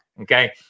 okay